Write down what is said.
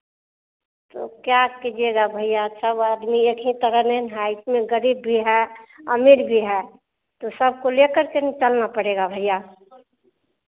तो क्या कीजिएगा भैया सब आदमी एक ही तरह नहीं ना है इसमें गरीब भी है अमीर भी है तो सबको लेकर के ना चलना पड़ेगा भैया